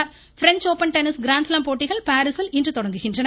tennis French Open tennis grand slam போட்டிகள் பாரீசில் இன்று தொடங்குகின்றன